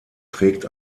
trägt